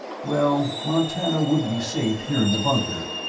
well, montano would be safe here in the bunker.